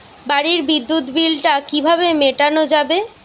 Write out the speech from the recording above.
বাড়ির বিদ্যুৎ বিল টা কিভাবে মেটানো যাবে?